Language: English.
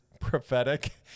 prophetic